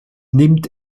nimmt